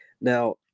Now